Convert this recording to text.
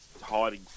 hiding